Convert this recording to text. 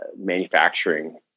manufacturing